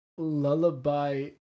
lullaby